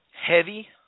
heavy